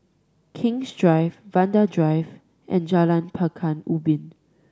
King's Drive Vanda Drive and Jalan Pekan Ubin